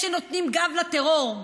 שנותנים גב לטרור,